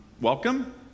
welcome